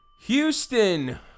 Houston